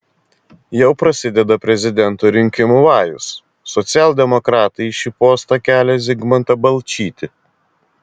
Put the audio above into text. jau prasideda prezidento rinkimų vajus socialdemokratai į šį postą kelią zigmantą balčytį